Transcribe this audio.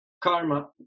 karma